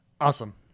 Awesome